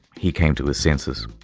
he came to his senses.